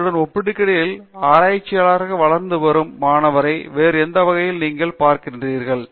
ஒருவருடன் ஒப்பிடுகையில் ஆராய்ச்சியாளராக வளர்ந்து வரும் மாணவரை வேறு எந்த வழியிலும் நீங்கள் பார்க்கிறீர்கள்